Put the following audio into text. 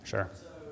Sure